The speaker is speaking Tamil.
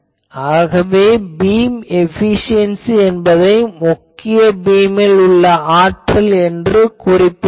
ஆகவே பீம் ஏபிசியென்சி என்பதை முக்கிய பீம்மில் உள்ள ஆற்றல் என்று கூறலாம்